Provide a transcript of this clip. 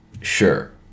sure